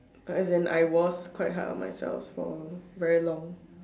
as in I was quite hard on myself for very long